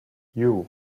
you